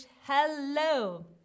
hello